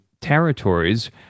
Territories